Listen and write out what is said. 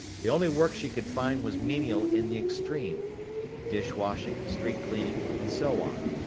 the only work she could find was menial in the extreme dish-washing, street cleaning, and so on.